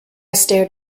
stared